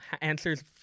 Answers